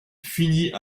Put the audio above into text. finit